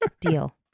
Deal